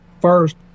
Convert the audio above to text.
first